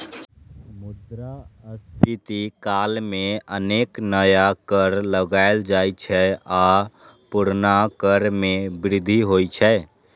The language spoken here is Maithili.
मुद्रास्फीति काल मे अनेक नया कर लगाएल जाइ छै आ पुरना कर मे वृद्धि होइ छै